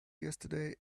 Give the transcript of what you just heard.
yesterday